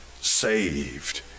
saved